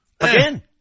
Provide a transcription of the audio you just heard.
again